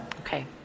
Okay